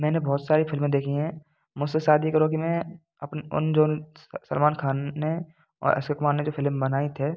मैंने बहुत सारी फ़िल्में देखी हैं मुससे शादी करोगी में अपने उन जो सलमान खान ने और अक्षय कुमार ने जो फ़िलिम बनाई थी